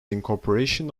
incorporation